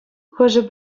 хӑшӗ